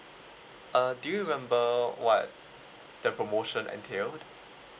uh do you remember what the promotion entailed